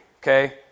Okay